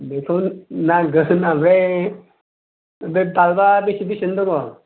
बेखौ नांगोन ओमफ्राय बे बाल्बा बेसे बेसेनि दङ